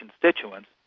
constituents